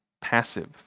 passive